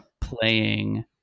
playing